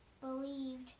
believed